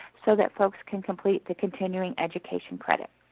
so that folks can complete the continuing education credits.